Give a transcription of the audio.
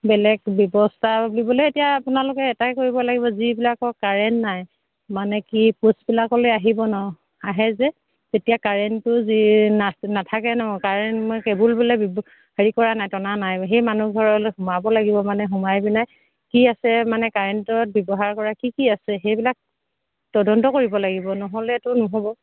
বেলেগ ব্যৱস্থা বুলিবলে এতিয়া আপোনালোকে এটাই কৰিব লাগিব যিবিলাকৰ কাৰেণ্ট নাই মানে কি পোষ্টবিলাকলে আহিব ন আহে যে তেতিয়া কাৰেণ্টটো যি না নাথাকে ন কাৰেণ্ট মই কেবুল বোলে হেৰি কৰা নাই টনা নাই সেই মানুহঘৰলে সোমাব লাগিব মানে সোমাই পিনাই কি আছে মানে কাৰেণ্টত ব্যৱহাৰ কৰা কি কি আছে সেইবিলাক তদন্ত কৰিব লাগিব নহ'লেতো নহ'ব